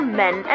men